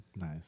nice